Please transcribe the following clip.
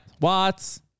Watts